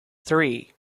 three